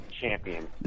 Champion